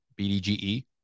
BDGE